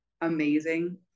amazing